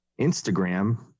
Instagram